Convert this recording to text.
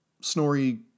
Snorri